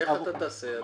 איך אתה תעשה?